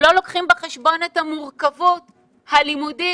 לא לוקחים בחשבון את המורכבות הלימודית